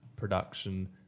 production